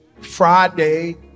Friday